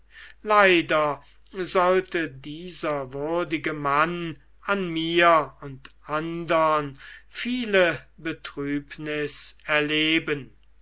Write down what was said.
leider sollte dieser würdige mann an mir und andern viele betrübnis erleben